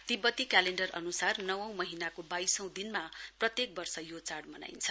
तिब्बती क्यालेण्ड अन्सार नवौं महिनाको बाइसौं दिनमा प्रत्येक वर्ष यो चाड मनाइन्छ